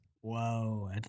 Whoa